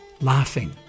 laughing—